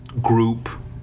group